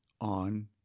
on